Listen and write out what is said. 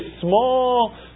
small